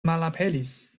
malaperis